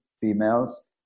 females